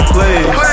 Please